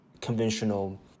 conventional